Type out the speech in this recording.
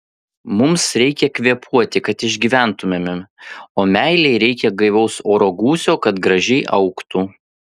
mums reikia kvėpuoti kad išgyventumėme o meilei reikia gaivaus oro gūsio kad gražiai augtų